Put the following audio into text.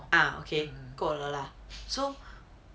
ah okay 够了 lah